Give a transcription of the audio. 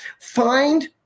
Find